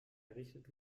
errichtet